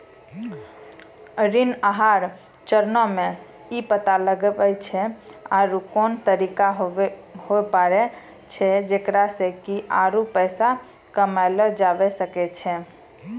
ऋण आहार चरणो मे इ पता लगाबै छै आरु कोन तरिका होय पाड़ै छै जेकरा से कि आरु पैसा कमयलो जाबै सकै छै